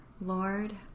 Lord